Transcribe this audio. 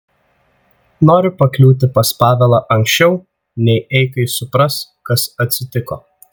noriu pakliūti pas pavelą anksčiau nei eikai supras kas atsitiko